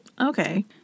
Okay